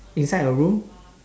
inside a room